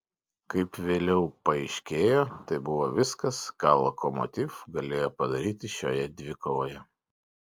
kaip vėliau paaiškėjo tai buvo viskas ką lokomotiv galėjo padaryti šioje dvikovoje